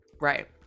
right